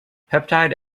peptide